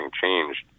changed